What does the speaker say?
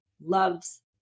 loves